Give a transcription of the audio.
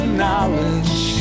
knowledge